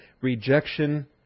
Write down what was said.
rejection